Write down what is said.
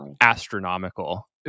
astronomical